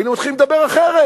היינו מתחילים לדבר אחרת.